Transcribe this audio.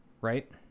right